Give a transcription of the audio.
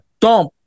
dump